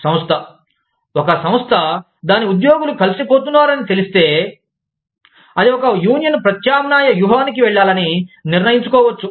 సంస్థ ఒక సంస్థ దాని ఉద్యోగులు కలిసిపోతున్నారని తెలిస్తే అది ఒక యూనియన్ ప్రత్యామ్నాయ వ్యూహానికి వెళ్ళాలని నిర్ణయించుకోవచ్చు